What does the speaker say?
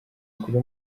makuru